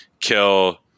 kill